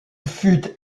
fut